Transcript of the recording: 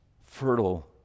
fertile